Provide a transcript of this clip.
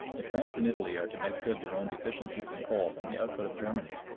if france and italy are to make good their own deficiencies in coal from the output of germany,